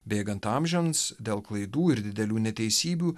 bėgant amžiams dėl klaidų ir didelių neteisybių